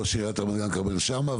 ראש עיריית רמת גן כרמל שאמה,